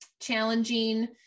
challenging